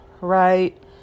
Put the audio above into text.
right